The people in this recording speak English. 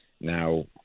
Now